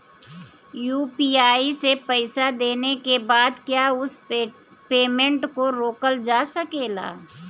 UPI से पईसा देने के बाद क्या उस पेमेंट को रोकल जा सकेला?